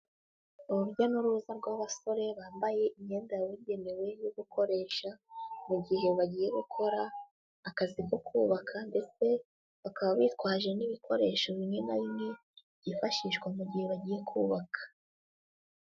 Urujya n'uruza rw'abasore bambaye imyenda yabugenewe yo gukoresha mu gihe bagiye gukora akazi ko kubaka ndetse bakaba bitwaje n'ibikoresho bimwe na bimwe byifashishwa mu gihe bagiye kubaka.